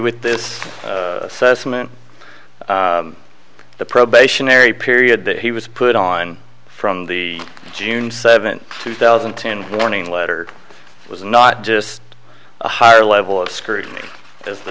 with this assessment the probationary period that he was put on from the june seventh two thousand and ten warning letter was not just a higher level of scrutiny as the